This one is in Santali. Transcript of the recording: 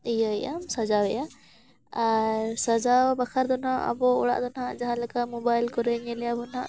ᱤᱭᱟᱹᱭᱮᱫᱟ ᱥᱟᱡᱟᱣ ᱮᱫᱟ ᱟᱨ ᱥᱟᱡᱟᱣ ᱵᱟᱠᱷᱨᱟ ᱫᱚ ᱱᱟᱦᱟᱜ ᱟᱵᱚ ᱚᱲᱟᱜ ᱫᱚ ᱱᱟᱦᱟᱜ ᱡᱟᱦᱟᱸ ᱞᱮᱠᱟ ᱢᱳᱵᱟᱭᱤᱞ ᱠᱚᱨᱮ ᱧᱮᱞ ᱮᱫᱟᱵᱚᱱ ᱱᱟᱦᱟᱜ